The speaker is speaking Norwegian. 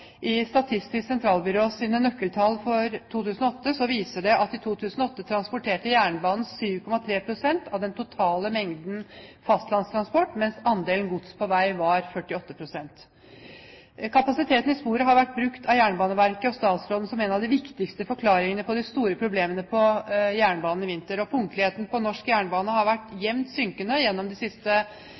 Statistisk sentralbyrås nøkkeltall for 2008 viser at i 2008 transporterte jernbanen 7,3 pst. av den totale mengden fastlandstransport, mens andelen gods på vei var på 48 pst. Kapasiteten i sporet har vært brukt av Jernbaneverket og statsråden som en av de viktigste forklaringene på de store problemene på jernbanen i vinter. Punktligheten til norsk jernbane har vært jevnt synkende gjennom de siste